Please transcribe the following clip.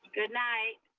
good night.